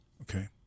Okay